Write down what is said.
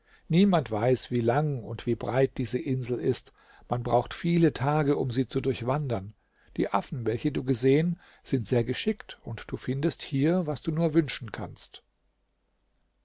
niemand weiß wie lang und wie breit diese insel ist man braucht viele tage um sie zu durchwandern die affen welche du gesehen sind sehr geschickt und du findest hier was du nur wünschen kannst